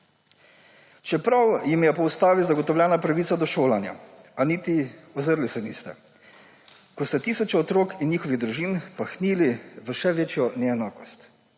čeprav jim je po Ustavi zagotovljena pravica do šolanja; a niti ozrli se niste, ko ste tisoče otrok in njihovih družin pahnili v še večjo neenakost.